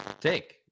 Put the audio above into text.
take